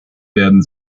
werden